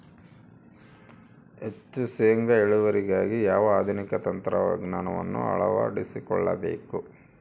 ಹೆಚ್ಚು ಶೇಂಗಾ ಇಳುವರಿಗಾಗಿ ಯಾವ ಆಧುನಿಕ ತಂತ್ರಜ್ಞಾನವನ್ನು ಅಳವಡಿಸಿಕೊಳ್ಳಬೇಕು?